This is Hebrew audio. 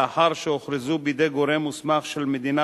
לאחר שהוכרזו בידי גורם מוסמך של מדינה